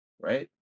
Right